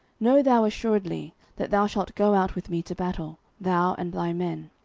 know thou assuredly, that thou shalt go out with me to battle, thou and thy men.